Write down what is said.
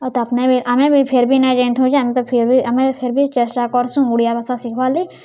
ଆଉ ତାପ୍ନେ ବି ଆମେ ବି ଫେର୍ ବି ନାଇଁ ଜାନିଥଉଁ ଯେ ଆମେ ତ ଫେର୍ ବି ଆମେ ଫେର୍ ବି ଚେଷ୍ଟା କର୍ସୁଁ ଓଡ଼ିଆ ଭାଷା ଶିଖ୍ବାର୍ଲାଗି